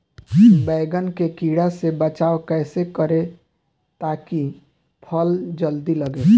बैंगन के कीड़ा से बचाव कैसे करे ता की फल जल्दी लगे?